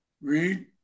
Read